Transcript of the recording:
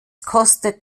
kostet